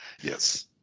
Yes